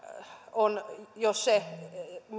on se